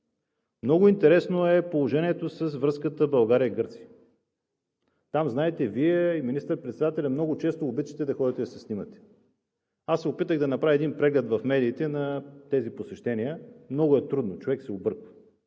Много интересно е положението с връзката България – Гърция. Там знаете, Вие и министър-председателят много често обичате да ходите да снимате. Аз се опитах да направя един преглед в медиите на тези посещения – много е трудно, човек се обърква